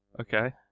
okay